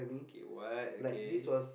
okay what okay